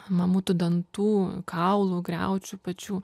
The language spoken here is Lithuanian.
mamutų dantų kaulų griaučių pačių